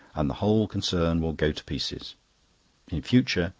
and the whole concern will go to pieces. in future,